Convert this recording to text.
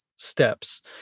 steps